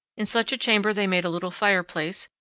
in such a chamber they made a little fireplace,